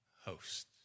hosts